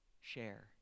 share